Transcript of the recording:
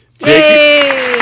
Jake